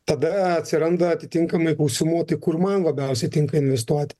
tada atsiranda atitinkamai užsimoti kur man labiausiai tinka investuoti